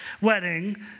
wedding